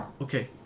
Okay